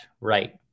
right